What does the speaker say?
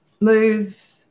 move